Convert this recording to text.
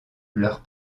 leur